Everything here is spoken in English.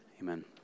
Amen